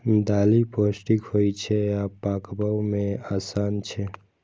दालि पौष्टिक होइ छै आ पकबै मे आसान छै